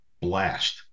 blast